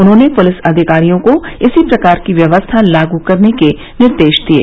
उन्होंने पूलिस अधिकारियों को इसी प्रकार की व्यवस्था लागू करने के निर्देश दिये